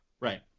Right